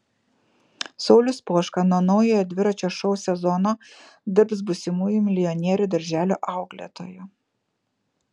saulius poška nuo naujojo dviračio šou sezono dirbs būsimųjų milijonierių darželio auklėtoju